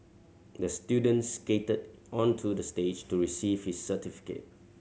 the student skated onto the stage to receive his certificate